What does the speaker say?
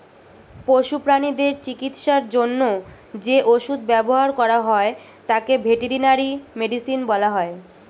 পশু প্রানীদের চিকিৎসার জন্য যে ওষুধ ব্যবহার করা হয় তাকে ভেটেরিনারি মেডিসিন বলা হয়